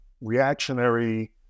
reactionary